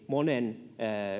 monen